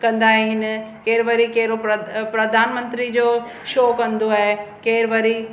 कंदा आहिनि केरु वरी कहिड़ो प्रधानमंत्री जो शो कंदो आहे केरु वरी